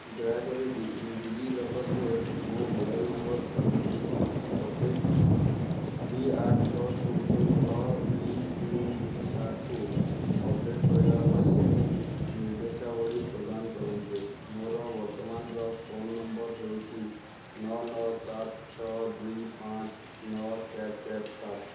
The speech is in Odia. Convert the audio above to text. ଦୟାକରି ଡି ଡିଜିଲକରରେ ମୋ ମୋବାଇଲ୍ ନମ୍ବର ଅଠେଇଶ ଦୁଇ ଆଠ ଛଅ ଶୂନ ଶୂନ ନଅ ଦୁଇ ତିନି ଦୁଇ ସାତକୁ ଅପଡ଼େଟ୍ କରିବା ପାଇଁ ନିର୍ଦ୍ଦେଶାବଳୀ ପ୍ରଦାନ କରନ୍ତୁ ମୋର ବର୍ତ୍ତମାନର ଫୋନ ନମ୍ବର ହେଉଛି ନଅ ନଅ ସାତ ଛଅ ଦୁଇ ପାଞ୍ଚ ନଅ ଚାରି ଚାରି ସାତ